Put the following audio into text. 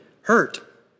hurt